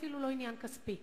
ואפילו לא עניין כספי.